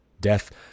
death